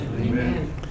Amen